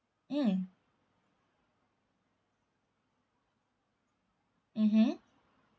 mm mmhmm